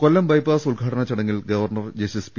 കൊല്ലം bypass ഉദ്ഘാടന ചടങ്ങിൽ governor justice P